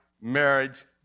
marriage